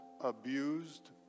abused